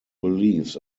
beliefs